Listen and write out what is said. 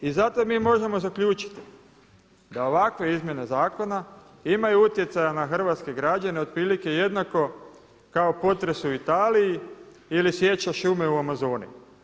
I zato mi možemo zaključiti da ovakve izmjene zakona imaju utjecaja na hrvatske građane otprilike jednako kao potres u Italiji ili sjeća šume u Amazoni.